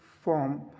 form